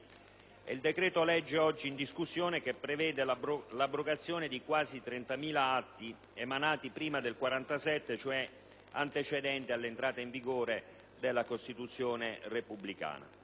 il decreto-legge oggi in discussione, che prevede l'abrogazione di quasi 30.000 atti emanati prima del 1947, e quindi in data antecedente all'entrata in vigore della Costituzione repubblicana.